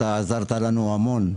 אתה עזרת לנו המון,